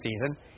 season